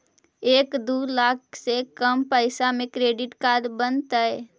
एक दू लाख से कम पैसा में क्रेडिट कार्ड बनतैय?